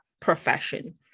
profession